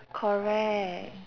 correct